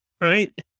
Right